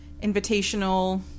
invitational